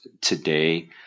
today